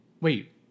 wait